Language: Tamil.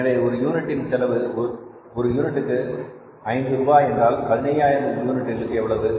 எனவே ஒரு யூனிட்டின் செலவு ஒரு யூனிட்டுக்கு 5 ரூபாய் என்றால் 15000 யூனிட்களுக்கு எவ்வளவு